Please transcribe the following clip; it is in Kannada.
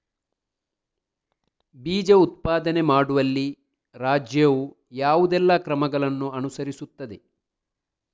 ಬೀಜ ಉತ್ಪಾದನೆ ಮಾಡುವಲ್ಲಿ ರಾಜ್ಯವು ಯಾವುದೆಲ್ಲ ಕ್ರಮಗಳನ್ನು ಅನುಕರಿಸುತ್ತದೆ?